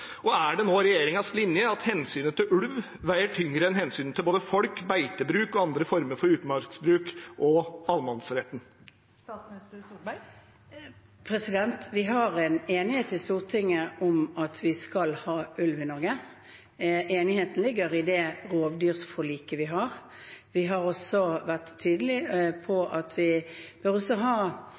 Og er det nå regjeringens linje at hensynet til ulv veier tyngre enn hensynet til både folk, beitebruk, andre former for utmarksbruk og allemannsretten? Vi har en enighet i Stortinget om at vi skal ha ulv i Norge. Enigheten ligger i det rovdyrforliket vi har. Vi har også vært tydelige på at vi også skal ha